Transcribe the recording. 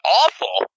awful